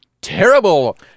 terrible